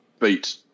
beat